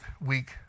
week